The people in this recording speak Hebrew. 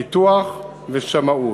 ביטוח ושמאות.